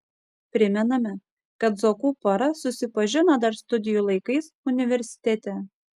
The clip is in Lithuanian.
primename kad zuokų pora susipažino dar studijų laikais universitete